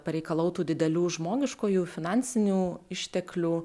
pareikalautų didelių žmogiškųjų finansinių išteklių